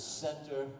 center